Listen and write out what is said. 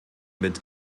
mit